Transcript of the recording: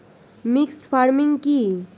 Mixed farming কি?